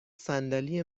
صندلی